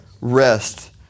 rest